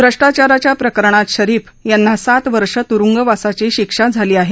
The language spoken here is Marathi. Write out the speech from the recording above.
भ्रष्टाचाराच्या प्रकरणात शरीफ यांना सात वर्ष तुरुंगवासाची शिक्षा झाली आहे